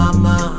Mama